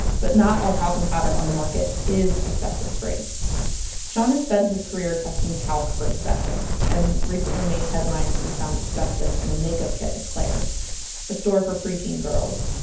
but not all talcum powder on the market is asbestos free sean has spent his career testing talc for asbestos and recently made headlines when he found asbestos in and a makeup kit at claire's a store for pre-teen girls.